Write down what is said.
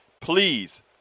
Please